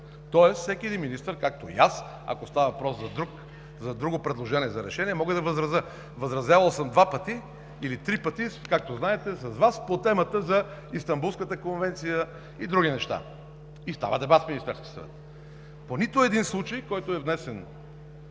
Тоест всеки министър, както и аз, ако става въпрос за друго предложение, за решение, мога да възразя. Възразявал съм два или три пъти, както знаете, по темата за Истанбулската конвенция и други неща, и става дебат в Министерския съвет. По нито един случай за сделки, внесен